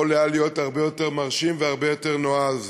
יכול היה להיות הרבה יותר מרשים והרבה יותר נועז.